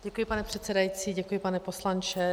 Děkuji, pane předsedající, děkuji, pane poslanče.